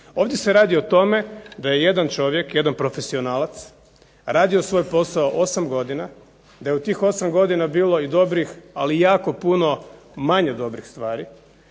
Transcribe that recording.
Ovdje se radi o tome da je jedan čovjek, jedan profesionalac radio svoj posao 8 godina i da je u tih 8 godina bilo i dobrih, ali i jako puno manje dobrih stvari